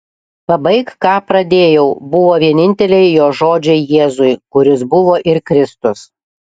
pabaik ką pradėjau buvo vieninteliai jo žodžiai jėzui kuris buvo ir kristus